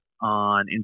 on